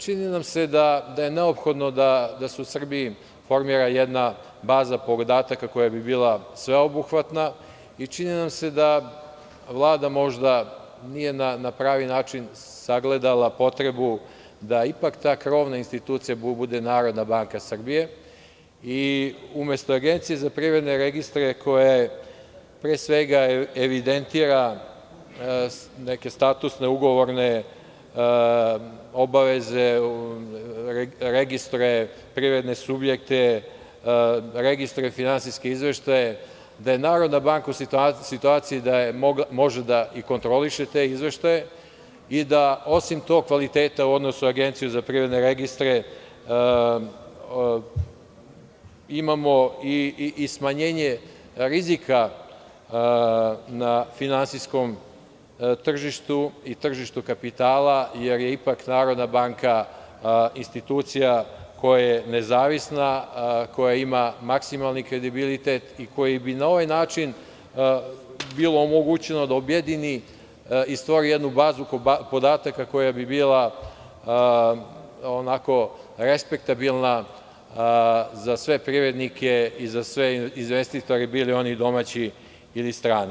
Čini nam se da je neophodno da se u Srbiji formira jedna baza podataka koja bi bila sveobuhvatna i čini nam se da Vlada možda nije na pravi način sagledala potrebu da ipak ta krovna institucija bude Narodna banka Srbije, i umesto Agencije za privredne registre, koja pre svega evidentira neke statusne, ugovorne obaveze, registruje privredne subjekte, registruje finansijske izveštaje, da je Narodna banka u situaciji da može da i kontroliše te izveštaje i da osim tog kvaliteta u odnosu na Agenciju za privredne registre, imamo i smanjenje rizika na finansijskom tržištu i tržištu kapitala, jer je ipak Narodna banka institucija koja je nezavisna, koja ima maksimalni kredibilitet i koji bi na ovaj način bilo omogućeno da objedini i stvori jednu bazu podataka koja bi bila, onako respektabilna za sve privrednike i za sve investitore, bili oni domaći ili strani.